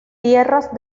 tierras